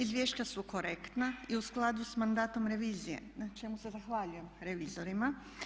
Izvješća su korektna i u skladu sa mandatom revizije na čemu se zahvaljujem revizorima.